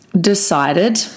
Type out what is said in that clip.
decided